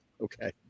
Okay